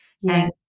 Yes